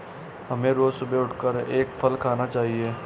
हमें रोज सुबह उठकर एक फल खाना चाहिए